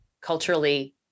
culturally